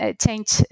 change